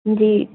جی